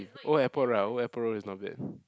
Old-Airport-Road ah Old-Airport-Road is not bad